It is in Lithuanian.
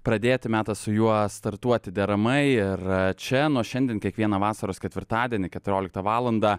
pradėti metas su juo startuoti deramai ir čia nuo šiandien kiekvieną vasaros ketvirtadienį keturioliktą valandą